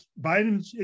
Biden